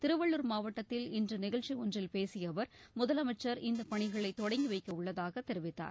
திருவள்ளுர் மாவட்டத்தில் இன்று நிகழ்ச்சி ஒன்றில் பேசிய அவர் முதலமைச்சர் இந்த பணிகளை தொடங்கி வைக்கவுள்ளதாக தெரிவித்தார்